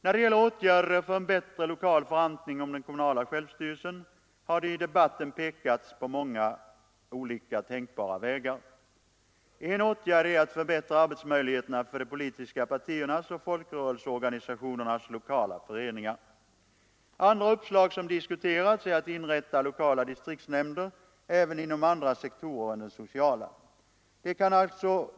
När det gäller åtgärder för en bättre lokal förankring av den kommunala självstyrelsen har det i debatten pekats på många olika tänkbara vägar. En åtgärd är att förbättra arbetsmöjligheterna för de politiska partiernas och folkrörelseorganisationernas lokala föreningar. Andra uppslag som diskuteras är att inrätta lokala distriktsnämnder även inom andra sektorer än den sociala.